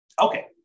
Okay